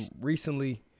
recently